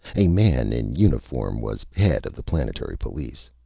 a man in uniform was head of the planetary police.